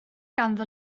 ganddo